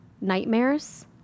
nightmares